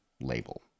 label